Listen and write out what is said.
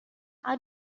how